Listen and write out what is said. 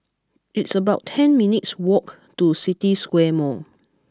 it's about ten minutes' walk to City Square Mall